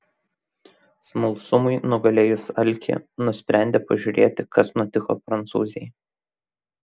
smalsumui nugalėjus alkį nusprendė pažiūrėti kas nutiko prancūzei